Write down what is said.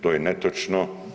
To je netočno.